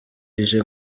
ije